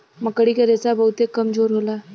मकड़ी क रेशा बहुते कमजोर होला